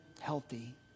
healthy